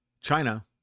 China